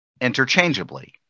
interchangeably